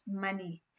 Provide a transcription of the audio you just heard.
money